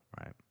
right